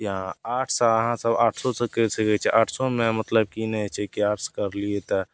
या आर्ट्ससे अहाँसभ आर्ट्सोसे करि सकै छी आर्ट्सोमे मतलब कि ई नहि होइ छै आर्ट्स करलिए तऽ